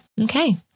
Okay